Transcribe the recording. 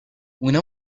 una